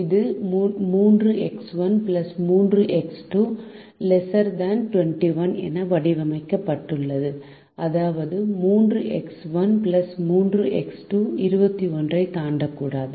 இது 3 X1 3 X2≤21 என வடிவமைக்கப்பட்டுள்ளது அதாவது 3 X1 3 X2 21 ஐ தாண்டக்கூடாது